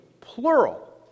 plural